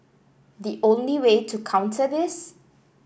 the only way to counter this